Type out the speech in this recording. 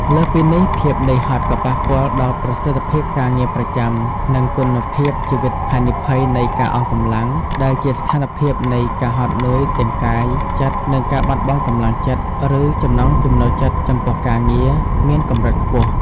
លើសពីនេះ ភាពនឿយហត់ក៏ប៉ះពាល់ដល់ប្រសិទ្ធភាពការងារប្រចាំ និងគុណភាពជីវិត ហានិភ័យនៃការអស់កម្លាំងដែលជាស្ថានភាពនៃការហត់នឿយទាំងកាយចិត្ត និងការបាត់បង់កម្លាំងចិត្ត ឬចំណង់ចំណូលចិត្តចំពោះការងារ មានកម្រិតខ្ពស់។